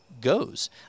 goes